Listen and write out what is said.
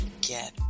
Get